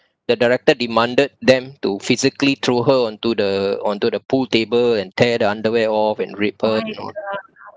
the director demanded them to physically threw her onto the onto the pool table and tear the underwear off and rape her you know